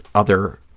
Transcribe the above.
other